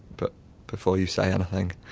but before you say anything,